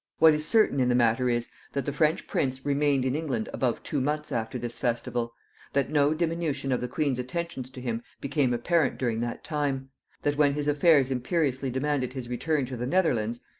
what is certain in the matter is that the french prince remained in england above two months after this festival that no diminution of the queen's attentions to him became apparent during that time that when his affairs imperiously demanded his return to the netherlands,